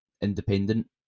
independent